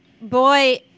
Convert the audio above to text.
Boy